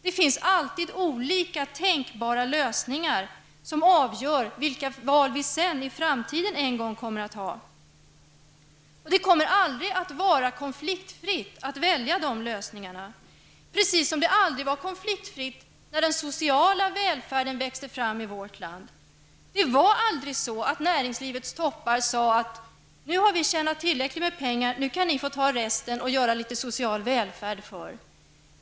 Det finns alltid olika tänkbara lösningar som avgör vilka val vi kommer att ha i framtiden. Det kommer aldrig att vara konfliktfritt att välja de lösningarna, precis som det aldrig var konfliktfritt när den sociala välfärden växte fram i vårt land. Näringslivets toppar sade aldrig att nu har vi tjänat tillräckligt med pengar, nu kan ni få ta resten och göra litet social välfärd för.